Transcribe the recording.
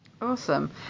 Awesome